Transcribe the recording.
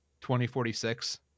2046